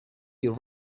you